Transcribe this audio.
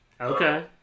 Okay